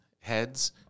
heads